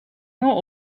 more